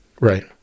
Right